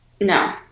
No